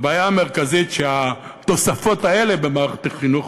והבעיה המרכזית שהתוספות האלה במערכת החינוך